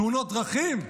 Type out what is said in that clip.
תאונות דרכים?